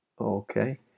okay